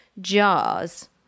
jars